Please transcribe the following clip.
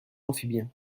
amphibiens